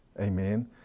Amen